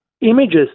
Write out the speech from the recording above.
images